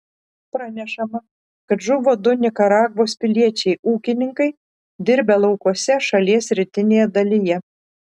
pranešama kad žuvo du nikaragvos piliečiai ūkininkai dirbę laukuose šalies rytinėje dalyje